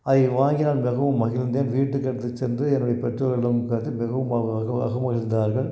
அதை வாங்கி நான் மிகவும் மகிழ்ந்தேன் வீட்டுக்கு எடுத்துச் சென்று என்னுடைய பெற்றோர்களிடம் காட்டி மிகவும் அவங்க அக அகம் மகிழ்ந்தார்கள்